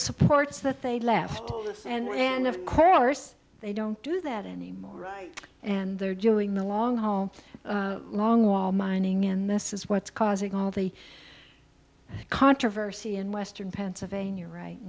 supports that they left and then of course they don't do that anymore right and they're doing the long home long wall mining and this is what's causing all the controversy in western pennsylvania right